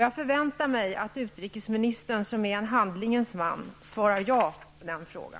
Jag förväntar mig att utrikesministern, som är en handlingens man, svarar ja på min fråga.